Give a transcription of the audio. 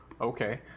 Okay